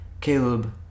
Caleb